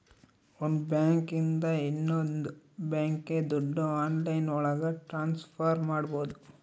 ಒಂದ್ ಬ್ಯಾಂಕ್ ಇಂದ ಇನ್ನೊಂದ್ ಬ್ಯಾಂಕ್ಗೆ ದುಡ್ಡು ಆನ್ಲೈನ್ ಒಳಗ ಟ್ರಾನ್ಸ್ಫರ್ ಮಾಡ್ಬೋದು